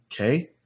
Okay